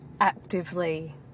actively